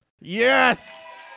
Yes